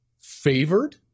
favored